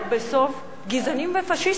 לא להכליל.